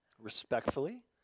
respectfully